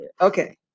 Okay